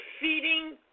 feeding